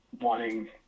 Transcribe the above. wanting